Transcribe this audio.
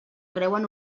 creuen